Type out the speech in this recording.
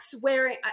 wearing